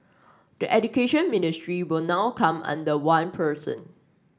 the Education Ministry will now come under one person